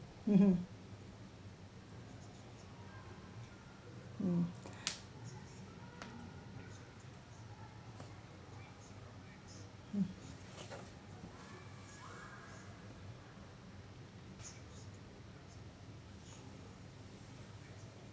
mmhmm mm mm